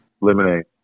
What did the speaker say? Lemonade